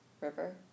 river